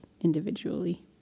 individually